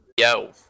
Yo